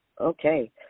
Okay